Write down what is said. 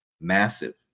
Massive